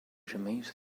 remains